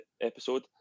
episode